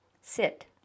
Sit